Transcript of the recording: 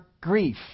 grief